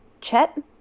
Chet